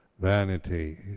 vanity